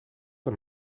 hem